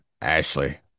Ashley